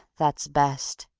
that's best.